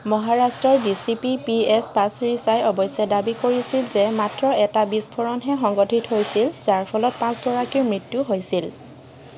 মহাৰাষ্ট্ৰৰ DCP P S Pasricha অৱশ্যে দাবী কৰিছিল যে মাত্ৰ এটা বিস্ফোৰণহে সংঘটিত হৈছিল যাৰ ফলত পাঁচগৰাকীৰ মৃত্যু হৈছিল